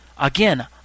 Again